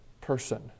person